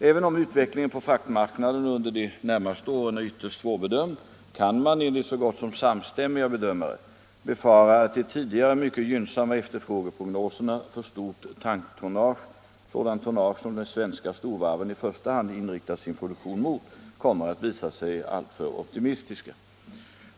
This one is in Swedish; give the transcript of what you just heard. Även om utvecklingen på fraktmarknaderna under de närmaste åren är ytterst svårbedömd kan man — enligt så gott som samstämmiga bedömare — befara att de tidigare mycket gynnsamma efterfrågeprognoserna för stort tanktonnage — sådant tonnage som de svenska storvarven i första hand inriktat sin produktion mot — kommer att visa sig alltför optimistiska.